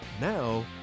Now